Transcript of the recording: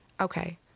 Okay